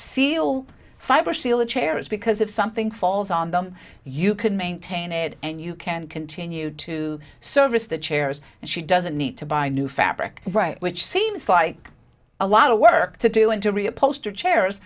chairs because if something falls on them you can maintain it and you can continue to service the chairs and she doesn't need to buy new fabric right which seems like a lot of work to do and to re a poster chairs